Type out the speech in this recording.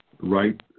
right